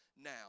now